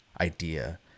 idea